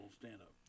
stand-up